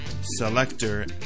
Selector